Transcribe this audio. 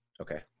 Okay